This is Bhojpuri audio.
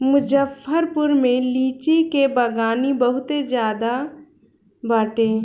मुजफ्फरपुर में लीची के बगानी बहुते ज्यादे बाटे